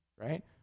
right